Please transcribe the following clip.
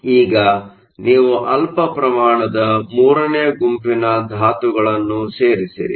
ಆದ್ದರಿಂದ ಈಗ ನೀವು ಅಲ್ಪ ಪ್ರಮಾಣದ 3 ನೇ ಗುಂಪಿನ ಧಾತುಗಳನ್ನು ಸೇರಿಸಿರಿ